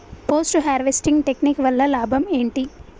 Post harvesting technique వల్ల లాభం ఏంటి?